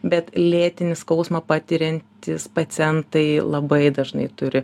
bet lėtinį skausmą patiriantys pacientai labai dažnai turi